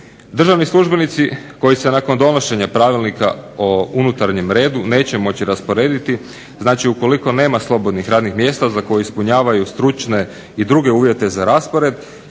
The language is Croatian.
Državni službenici koji se nakon donošenja Pravilnika o unutarnjem redu neće moći rasporediti, znači ukoliko nema slobodnih radnih mjesta za koje ispunjavaju stručne i druge uvjete za raspored